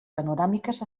panoràmiques